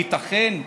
הייתכן?